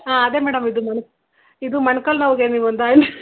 ಹಾಂ ಅದೇ ಮೇಡಮ್ ಇದು ಮೊಣ್ ಇದು ಮೊಣ್ಕಾಲು ನೋವಿಗೆ ನೀವೊಂದು ಆ